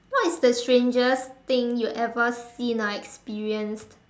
what is the strangest thing you ever seen or experienced